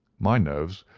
my nerves,